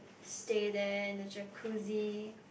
stay there in the jacuzzi